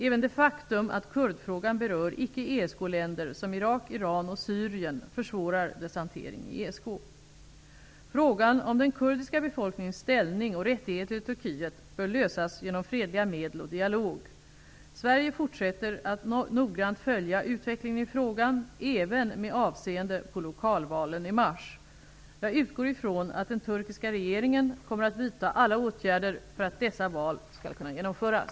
Även det faktum att kurdfrågan berör icke ESK-länder som Irak, Iran och Syrien försvårar dess hantering i ESK. Frågan om den kurdiska befolkningens ställning och rättigheter i Turkiet bör lösas genom fredliga medel och dialog. Sverige fortsätter att noggrant följa utvecklingen i frågan, även med avseende på lokalvalen i mars. Jag utgår ifrån att den turkiska regeringen kommer att vidta alla åtgärder för att dessa val skall kunna genomföras.